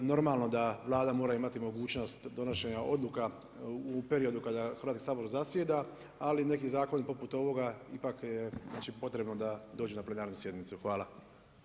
Normalno da Vlada mora imati mogućnost donošenja odluka u periodu kada Hrvatski sabor zasjeda, ali neki zakoni poput ovoga ipak, znači je potrebno da dođu na plenarnu sjednicu.